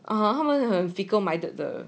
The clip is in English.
啊他们 her fickle minded 的